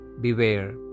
Beware